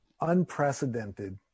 unprecedented